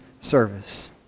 service